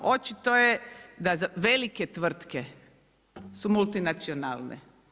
Očito je da velike tvrtke su multinacionalne.